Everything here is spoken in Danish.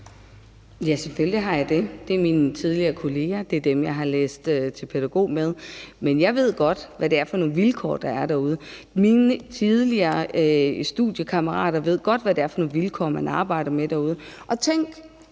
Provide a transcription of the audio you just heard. Ja, selvfølgelig har jeg det. Det er mine tidligere kolleger; det er dem, jeg har læst til pædagog med. Men jeg ved godt, hvad det er for nogle vilkår, der er derude. Mine tidligere studiekammerater ved godt, hvad det er for nogle vilkår, man arbejder med derude. Og tænk,